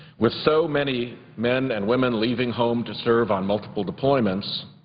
with so many men and women leaving home to serve on multitame deployments,